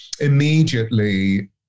immediately